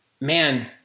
man